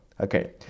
Okay